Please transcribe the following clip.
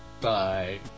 Bye